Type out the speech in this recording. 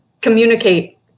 communicate